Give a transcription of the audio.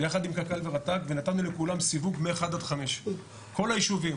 יחד עם קק"ל ורט"ג ונתנו לכולם סיווג מ-1 עד 5. כל הישובים,